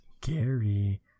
Gary